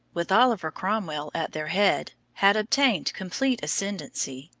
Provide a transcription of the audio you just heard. with oliver cromwell at their head, had obtained complete ascendency,